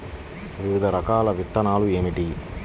వివిధ రకాల విత్తనాలు ఏమిటి?